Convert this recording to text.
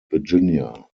virginia